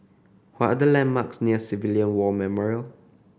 what the landmarks near Civilian War Memorial